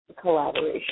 collaboration